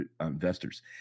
investors